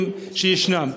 הנתונים שישנם.